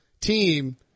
team